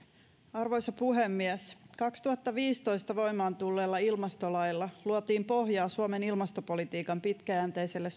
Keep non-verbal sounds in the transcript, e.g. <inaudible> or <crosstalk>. arvoisa puhemies kaksituhattaviisitoista voimaan tulleella ilmastolailla luotiin pohjaa suomen ilmastopolitiikan pitkäjänteiselle <unintelligible>